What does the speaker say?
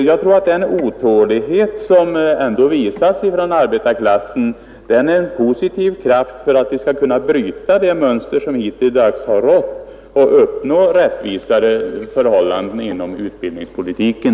Jag tror att den otålighet som ändå visas från arbetarklassen är en positiv kraft när det gäller att bryta den trend som hittills har rått och uppnå rättvisare förhållanden inom utbildningspolitiken.